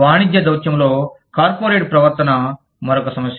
వాణిజ్య దౌత్యంలో కార్పొరేట్ ప్రవర్తన మరొక సమస్య